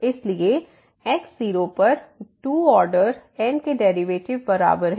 इसलिए x0 पर 2 order n के डेरिवेटिव बराबर हैं